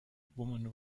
woman